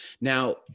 now